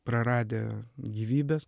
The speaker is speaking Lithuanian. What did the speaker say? praradę gyvybes